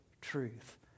truth